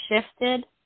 shifted